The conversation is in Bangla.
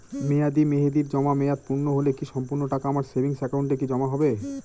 মেয়াদী মেহেদির জমা মেয়াদ পূর্ণ হলে কি সম্পূর্ণ টাকা আমার সেভিংস একাউন্টে কি জমা হবে?